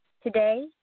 Today